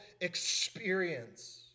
experience